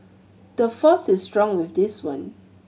the force is strong with this one